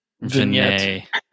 Vignette